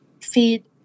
feed